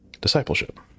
Discipleship